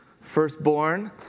Firstborn